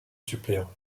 suppléant